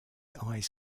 eyes